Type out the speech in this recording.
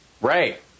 Right